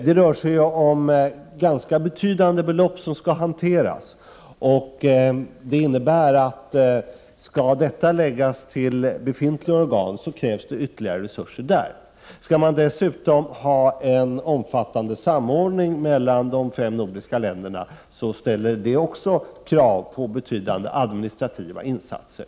Det rör sig om ganska betydande belopp som skall hanteras, och om detta skall läggas på befintliga organ kommer det att krävas ytterligare resurser där. Om det dessutom skall ske en omfattande samordning mellan de fem nordiska länderna ställer det också krav på betydande administrativa insatser.